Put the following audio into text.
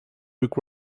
book